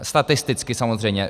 Statisticky samozřejmě.